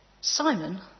Simon